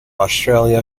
australia